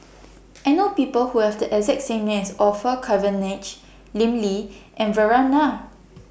I know People Who Have The exact same name as Orfeur Cavenagh Lim Lee and Vikram Nair